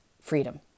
freedom